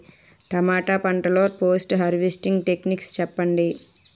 టమాటా పంట లొ post harvesting techniques చెప్పండి?